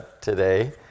today